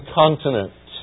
continent